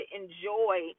enjoy